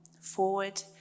forward